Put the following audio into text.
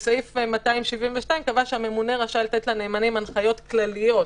בסעיף 272 הוא קבע שממונה רשאי לתת לנאמנים הנחיות כלליות,